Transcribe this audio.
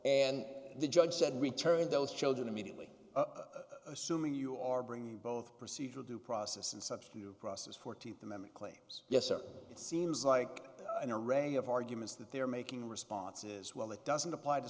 and the judge said return those children immediately assuming you are bringing both procedural due process and substantive process fourteenth amendment claims yes or it seems like an array of arguments that they're making responses well it doesn't apply to